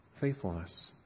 faithfulness